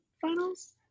finals